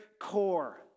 core